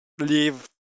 Leave